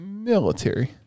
Military